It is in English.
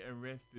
arrested